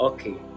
Okay